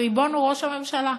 הריבון הוא ראש הממשלה.